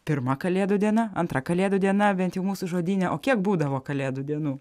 pirma kalėdų diena antra kalėdų diena bent jau mūsų žodyne o kiek būdavo kalėdų dienų